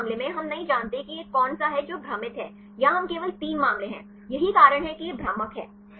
इस मामले में हम नहीं जानते कि यह कौन सा है जो भ्रमित है यहाँ हम केवल तीन मामले हैं यही कारण है कि यह भ्रामक है